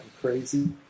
crazy